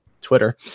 Twitter